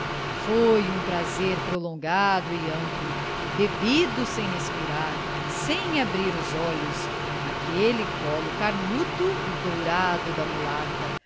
foi um prazer prolongado e amplo bebido sem respirar sem abrir os olhos naquele colo carnudo e dourado da mulata